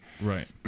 right